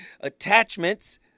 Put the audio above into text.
attachments